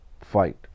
fight